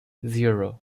zero